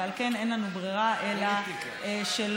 ועל כן אין לנו ברירה אלא שלא,